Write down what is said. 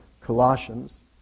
Colossians